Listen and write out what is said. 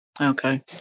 Okay